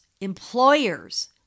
employers